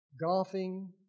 golfing